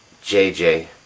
JJ